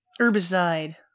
Herbicide